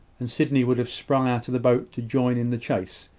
and sydney would have sprung out of the boat to join in the chase,